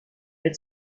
بهت